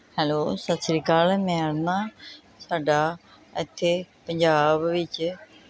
hello ਸਤਿ ਸ਼੍ਰੀ ਅਕਾਲ ਮੈਂ ਅਰੁਨਾ ਤੁਹਾਡਾ ਇੱਥੇ ਪੰਜਾਬ ਵਿੱਚ